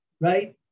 right